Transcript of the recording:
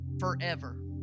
forever